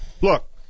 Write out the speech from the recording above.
look